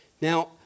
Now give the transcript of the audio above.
Now